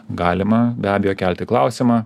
galima be abejo kelti klausimą